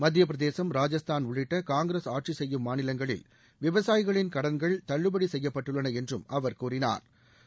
மத்தியபிரதேசம் ராஜஸ்தான் உள்ளிட்ட காங்கிரஸ் ஆட்சி செய்யும் மாநிலங்களில் விவசாயிகளின் கடன்கள் தள்ளுபடி செய்யப்பட்டுள்ளன என்றும் அவா் கூறினாா்